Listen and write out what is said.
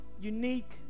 unique